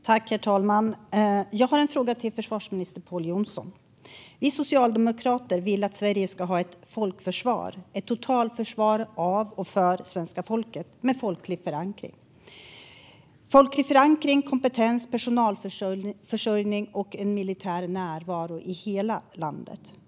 Herr talman! Jag har en fråga till försvarsminister Pål Jonson. Vi socialdemokrater vill att Sverige ska ha ett folkförsvar - ett totalförsvar av och för svenska folket, med folklig förankring, kompetens, personalförsörjning och en militär närvaro i hela landet.